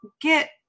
get